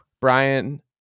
Brian